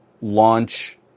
launch